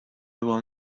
will